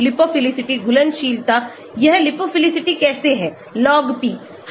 lipophilicity घुलनशीलता यह lipophilic कैसे है log p